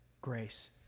grace